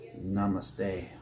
namaste